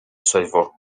trzeźwo